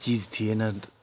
चिज थिएन